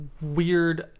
weird